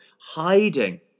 hiding